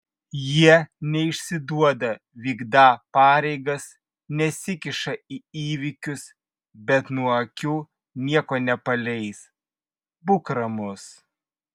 jie neišsiduoda vykdą pareigas nesikiša į įvykius bet nuo akių nieko nepaleis būk ramus